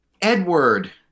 Edward